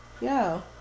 Yo